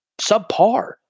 subpar